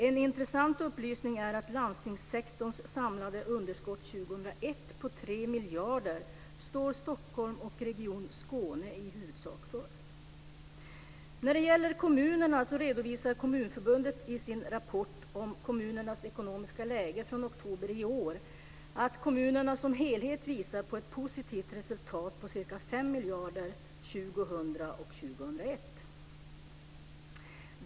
En intressant upplysning är att Stockholm och Region Skåne i huvudsak står för landstingssektorns samlade underskott på 3 miljarder år 2001. När det gäller kommunerna redovisar Kommunförbundet i sin rapport om kommunernas ekonomiska läge från oktober i år att kommunerna som helhet visar på ett positivt resultat på ca 5 miljarder åren 2000 och 2001.